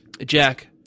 Jack